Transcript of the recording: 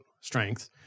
strength